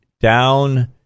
down